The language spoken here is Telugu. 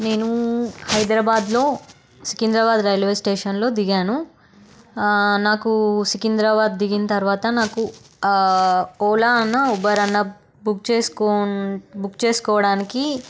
నేను హైదరాబాదులో సికింద్రాబాదు రైల్వే స్టేషన్లో దిగాను నాకు సికింద్రాబాదు దిగిన తర్వాత నాకు ఓలా అన్నా ఊబర్ అన్నా బుక్ చేసుకుం బుక్ చేసుకోవడానికి